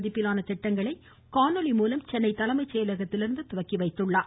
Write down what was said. மதிப்பிலான திட்டங்களை காணொலி மூலம் சென்னை தலைமை செயலகத்திலிருந்து துவக்கி வைத்துள்ளார்